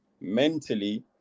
mentally